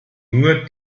nur